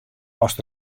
ast